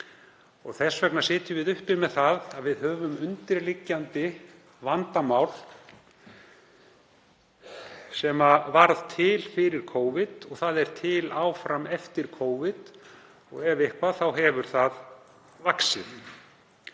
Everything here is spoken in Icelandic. Þess vegna sitjum við uppi með það að við höfum undirliggjandi vandamál sem varð til fyrir Covid og það er til áfram eftir Covid og ef eitthvað er hefur það vaxið.